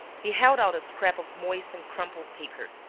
he held out a scrap of moist and crumpled paper.